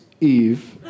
Eve